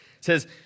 says